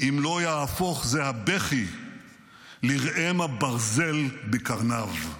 אם לא ייהפך זה הבכי לראם הברזל בקרניו".